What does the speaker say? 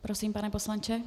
Prosím, pane poslanče.